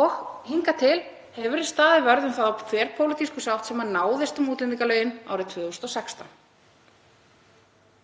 og hingað til hefur verið staðinn vörður um þá þverpólitísku sátt sem náðist um útlendingalögin árið 2016.